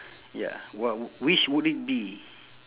ya what which would it be